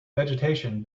vegetation